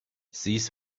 seize